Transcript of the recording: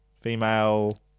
female